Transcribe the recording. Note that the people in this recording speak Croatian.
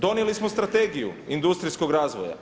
Donijeli smo Strategiju industrijskog razvoja.